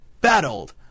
battled